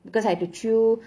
because I had to chew